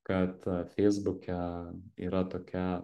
kad feisbuke yra tokia